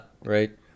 right